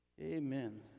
Amen